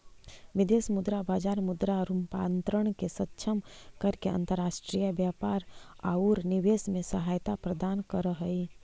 विदेश मुद्रा बाजार मुद्रा रूपांतरण के सक्षम करके अंतर्राष्ट्रीय व्यापार औउर निवेश में सहायता प्रदान करऽ हई